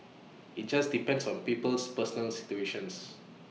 IT just depends on people's personal situations